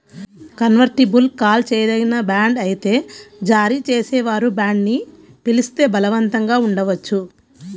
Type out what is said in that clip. convertible call చేయదగిన bond అయితే జారీ చేసేవారు బాండ్ని పిలిస్తే బలవంతంగా ఉండవచ్చు